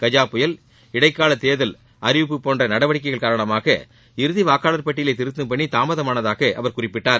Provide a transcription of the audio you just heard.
கஜா புயல் இடைக்கால தேர்தல் அறிவிப்பு போன்ற நடவடிக்கைகள் காரணமாக இறுதி வாக்காளர் பட்டியலை திருத்தும் பணி தாமதமானதாக அவர் குறிப்பிட்டுள்ளார்